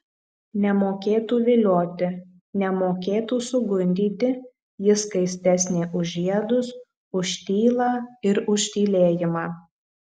nemokėtų vilioti nemokėtų sugundyti ji skaistesnė už žiedus už tylą ir už tylėjimą